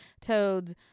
toads